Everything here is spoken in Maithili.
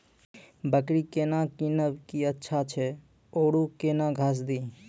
बकरी केना कीनब केअचछ छ औरू के न घास दी?